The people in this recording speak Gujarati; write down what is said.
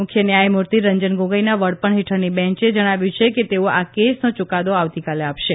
મુખ્ય ન્યાયમૂર્તિ રંજન ગોગોઇના વડપણ હેઠળની બેન્ચે જણાવ્યું છે કે તેઓ આ કેસનો ચૂકાદો આવતીકાલે આપશે